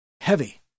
heavy